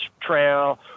Trail